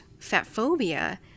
fatphobia